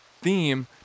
theme